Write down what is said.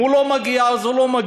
אם הוא לא מגיע, אז הוא לא מגיע.